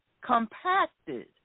compacted